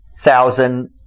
thousand